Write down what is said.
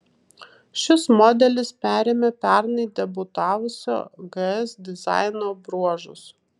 šis modelis perėmė pernai debiutavusio gs dizaino bruožus